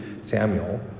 Samuel